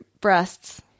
breasts